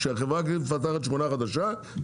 כשהחברה הכלכלית מפתחת שכונה חדשה,